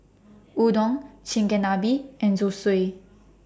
Udon Chigenabe and Zosui